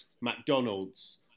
McDonald's